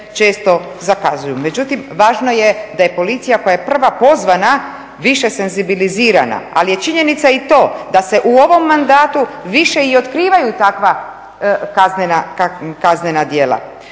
često zakazuju. Međutim, važno je da je policija koja je prva pozvana više senzibilizirana, ali je činjenica i to da se u ovom mandatu više i otkrivaju takva kaznena djela.